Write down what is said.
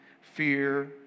fear